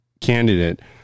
candidate